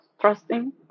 trusting